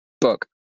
Book